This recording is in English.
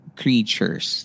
creatures